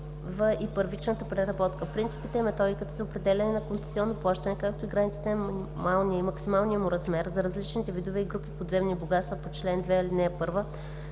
и първичната преработка. Принципите и методиката за определяне на концесионното плащане, както и границите на минималния и максималния му размер за различните видове и групи подземни богатства по чл. 2, ал. 1